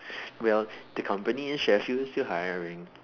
well the company in Seychelles is hiring